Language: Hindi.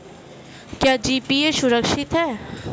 क्या जी.पी.ए सुरक्षित है?